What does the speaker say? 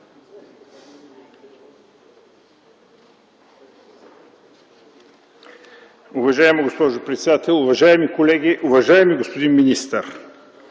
Уважаема госпожо председател, уважаеми колеги! Уважаеми господин министър,